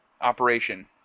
Operation